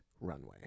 Runway